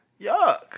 Yuck